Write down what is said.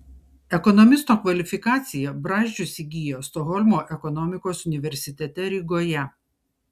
ekonomisto kvalifikaciją brazdžius įgijo stokholmo ekonomikos universitete rygoje